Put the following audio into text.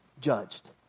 judged